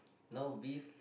now beef